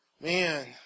man